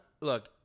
Look